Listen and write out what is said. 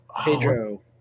Pedro